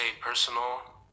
personal